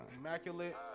Immaculate